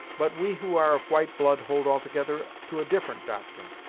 but we who are of white blood hold altogether to a different doctrine.